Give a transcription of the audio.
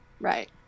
right